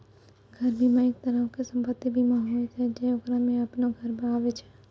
घर बीमा, एक तरहो के सम्पति बीमा होय छै जेकरा मे अपनो घर आबै छै